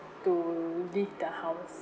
to leave the house